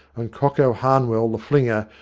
and cocko harnwell, the flinger,